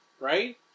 right